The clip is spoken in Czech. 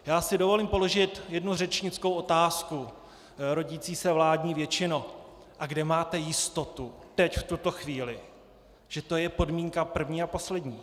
Já si dovolím položit jednu řečnickou otázku: Rodící se vládní většino, a kde máte jistotu teď, v tuto chvíli, že to je podmínka první a poslední?